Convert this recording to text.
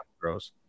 gross